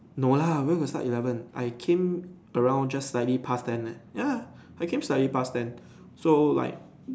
no lah where got start eleven I came around just slightly past ten leh ya I came slightly past ten so like